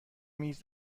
میز